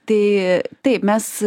tai taip mes